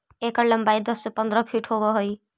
एकर लंबाई दस से पंद्रह फीट होब हई